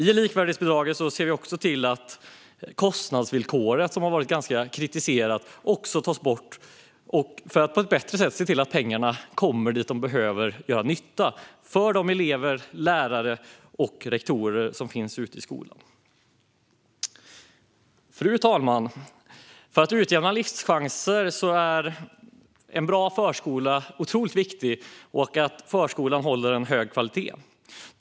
I likvärdighetsbidraget ser vi också till att kostnadsvillkoret, som har varit ganska kritiserat, tas bort för att pengarna på ett bättre sätt ska komma dit där de behövs och gör nytta för de elever, lärare och rektorer som finns ute i skolorna. Fru talman! För att utjämna livschanser är en bra förskola otroligt viktigt, liksom att förskolan håller hög kvalitet.